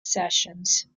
sessions